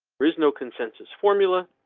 there is no consensus formula.